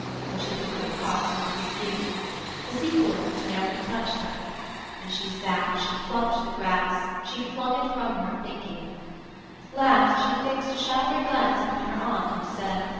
for she took no part in our dispute the sequel of the tale had touched her and she sat, she plucked the grass, she flung it from her, thinking last, she fixt a showery glance upon her aunt, and said,